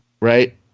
right